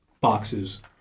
boxes